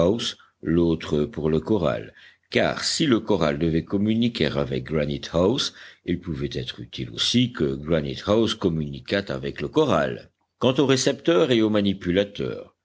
l'autre pour le corral car si le corral devait communiquer avec granite house il pouvait être utile aussi que granite house communiquât avec le corral quant au récepteur et au manipulateur